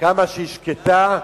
כמה שהיא שקטה,